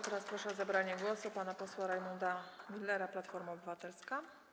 Teraz proszę o zabranie głosu pana posła Rajmunda Millera, Platforma Obywatelska.